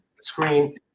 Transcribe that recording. screen